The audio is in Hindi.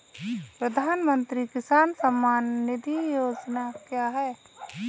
प्रधानमंत्री किसान सम्मान निधि योजना क्या है?